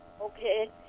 okay